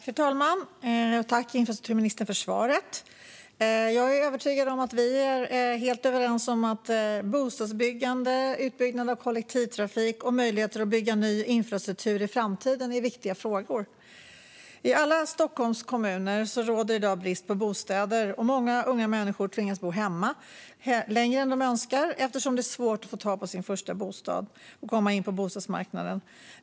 Fru talman! Tack, infrastrukturministern, för svaret! Jag är övertygad om att vi är helt överens om att bostadsbyggande, utbyggnad av kollektivtrafik och möjligheter att bygga ny infrastruktur i framtiden är viktiga frågor. I alla Stockholms kommuner råder i dag brist på bostäder, och många unga människor tvingas bo hemma längre än de önskar eftersom det är svårt för dem att få tag på sin första bostad och komma in på bostadsmarknaden.